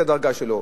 הדרגה שלו.